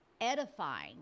edifying